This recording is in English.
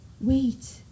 wait